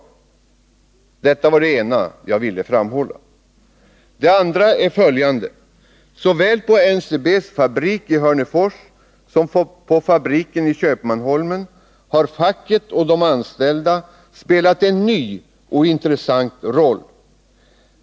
Detta var det ena jag ville framhålla. Det andra är följande: Såväl på NCB:s fabrik i Hörnefors som på fabriken i Köpmanholmen har facket och de anställda spelat en ny och intressant roll.